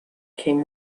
came